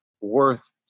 worth